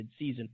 midseason